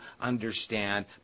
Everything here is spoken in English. understand